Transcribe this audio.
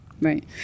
right